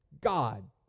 God